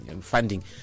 funding